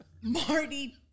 Marty